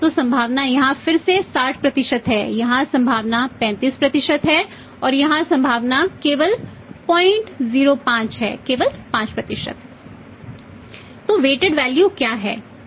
तो संभावना यहां फिर से 60 है यहां संभावना 35 है और यहां संभावना केवल 005 है केवल 5 है